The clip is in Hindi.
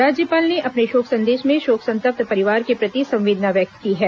राज्यपाल ने अपने शोक सन्देश में शोक संतप्त परिवार प्रति संवेदना व्यक्त की है